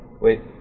Wait